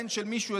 בן של מישהו,